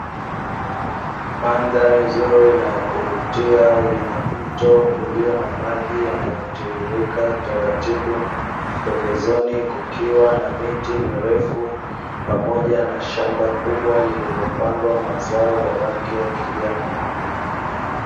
Mandhari nzuri na ya kuvutia yenye mto ulio na maji yanayotiririka taratibu pembezoni kukiwa na miti mirefu pamoja na shamba kubwa lililopandwa mwazao ya rangi ya kijani.